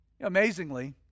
Amazingly